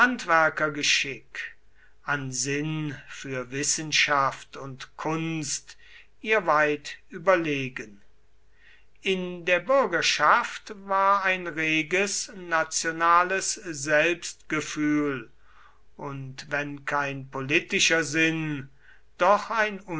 handwerkergeschick an sinn für wissenschaft und kunst ihr weit überlegen in der bürgerschaft war ein reges nationales selbstgefühl und wenn kein politischer sinn doch ein